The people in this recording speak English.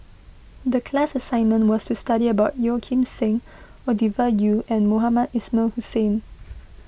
the class assignment was to study about Yeo Kim Seng Ovidia Yu and Mohamed Ismail Hussain